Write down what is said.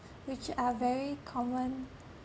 which are very common